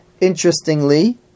interestingly